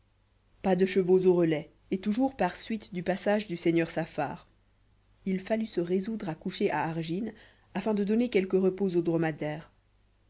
pas de chevaux au relais et toujours par suite du passage du seigneur saffar il fallut se résoudre à coucher à argin afin de donner quelque repos aux dromadaires